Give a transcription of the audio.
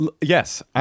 Yes